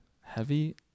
heavy